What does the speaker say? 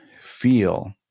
feel